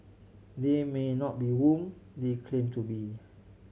they may not be whom they claim to be